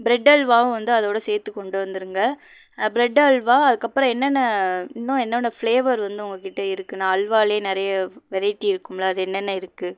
bread அல்வாவும் வந்து அதோடு சேர்த்து கொண்டு வந்துருங்கள் ப்ரெட் அல்வா அதுக்கப்புறம் என்னென்ன இன்னும் என்னென்ன ஃப்ளேவர் வந்து உங்ககிட்ட இருக்கும்ண்ணா அல்வாலேயே நிறைய வெரைட்டி இருக்கும்ல அது என்னென்ன இருக்குது